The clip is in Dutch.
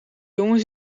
jongen